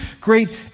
great